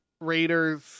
Raiders